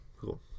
Cool